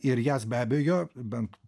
ir jas be abejo bent